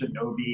Shinobi